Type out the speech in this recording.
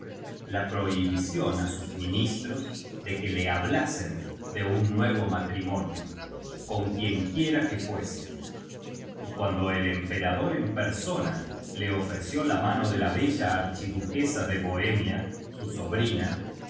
la prohibición á sus ministros de que le hablasen de un nuevo matrimonio con quienquiera que fuese y cuando el emperador en persona le ofreció la mano de la bella archidu quesa de bohemia su sobrina